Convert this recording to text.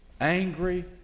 angry